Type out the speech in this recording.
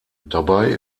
dabei